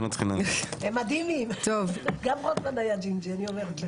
הם מדהימים, גם רוטמן היה ג'ינג'י אני אומרת לך.